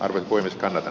arvio koiviston r